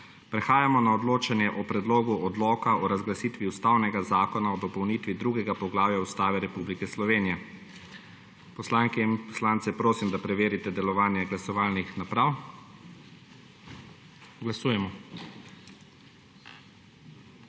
Prehajamo na odločanje o Predlogu Odloka o razglasitvi ustavnega zakona o dopolnitvi drugega poglavja Ustave Republike Slovenije. Poslanke in poslance prosim, da preverite delovanje glasovalnih naprav. Glasujemo.